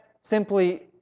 simply